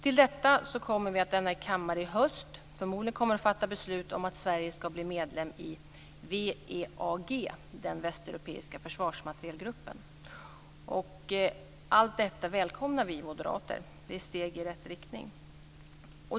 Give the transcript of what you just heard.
Till detta kommer att vi i denna kammare i höst förmodligen kommer att fatta beslut om att Sverige ska bli medlem i WEAG, den västeuropeiska försvarsmaterielgruppen. Allt detta välkomnar vi moderater - det är steg i rätt riktning.